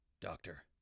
Doctor